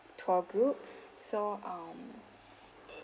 tour group so um